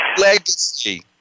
legacy